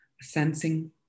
sensing